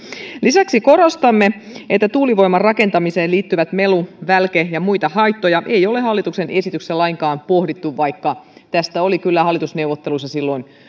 lisäksi korostamme että tuulivoiman rakentamiseen liittyviä melu välke ja muita haittoja ei ole hallituksen esityksessä lainkaan pohdittu vaikka tästä oli kyllä hallitusneuvotteluissa silloin